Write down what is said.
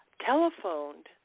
telephoned